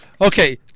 okay